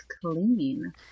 clean